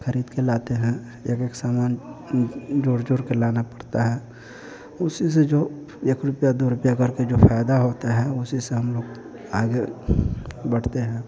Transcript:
ख़रीदकर लाते हैं एक एक सामान जोड़ जोड़कर लाना पड़ता है उसी से जो एक रुप्या दो रुप्या करके जो फायदा होता है उसी से हम लोग आगे बढ़ते हैं